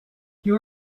you